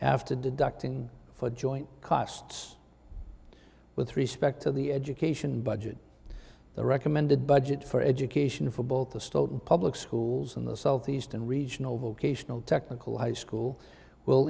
after deducting for joint costs with respect to the education budget the recommended budget for education for both the stoughton public schools in the southeast and regional vocational technical high school will